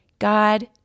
God